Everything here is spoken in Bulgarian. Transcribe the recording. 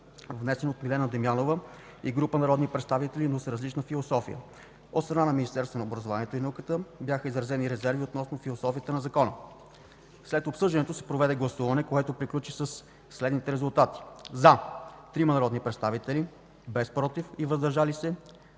внесен от Милена Дамянова и група народни представители, но с различна философия. От страна на Министерството на образованието и науката бяха изразени резерви относно философията на Закона. След обсъждането се проведе гласуване, което приключи със следните резултати: „за” – 3 народни представители, без „против”, и „въздържали се”